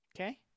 Okay